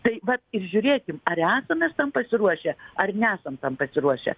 tai vat ir žiūrėkim ar esam mes tam pasiruošę ar nesam tam pasiruošę